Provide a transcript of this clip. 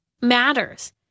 matters